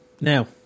Now